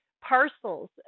parcels